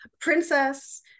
princess